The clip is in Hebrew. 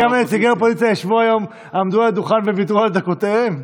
אתה יודע כמה נציגי אופוזיציה עמדו על הדוכן וויתרו על דקותיהם?